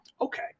Okay